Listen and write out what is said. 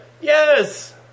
Yes